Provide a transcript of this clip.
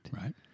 Right